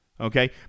Okay